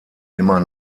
immer